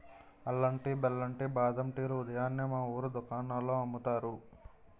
అల్లం టీ, బెల్లం టీ, బాదం టీ లు ఉదయాన్నే మా వూరు దుకాణాల్లో అమ్ముతారు